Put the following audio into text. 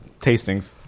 tastings